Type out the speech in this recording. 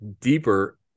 deeper